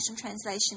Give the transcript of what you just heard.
Translation